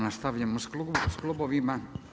Nastavljamo s klubovima.